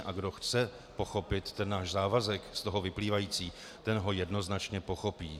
A kdo chce pochopit náš závazek z toho vyplývající, ten ho jednoznačně pochopí.